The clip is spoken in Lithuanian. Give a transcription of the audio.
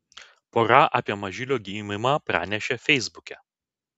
pora apie mažylio gimimą pranešė feisbuke